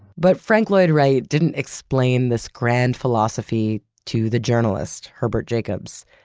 but frank lloyd wright didn't explain this grand philosophy to the journalist herbert jacobs,